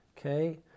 Okay